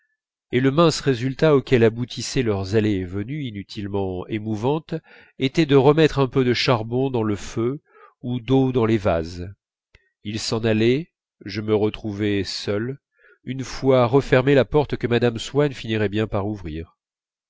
et le mince résultat auquel aboutissaient leurs allées et venues inutilement émouvantes était de remettre un peu de charbon dans le feu ou d'eau dans les vases ils s'en allaient je me retrouvais seul une fois refermée la porte que mme swann finirait par ouvrir